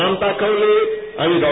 राम ताकवले आणि डॉ